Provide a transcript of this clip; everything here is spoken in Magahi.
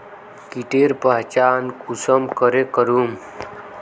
कीटेर पहचान कुंसम करे करूम?